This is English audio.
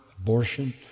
abortion